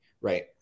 Right